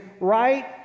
right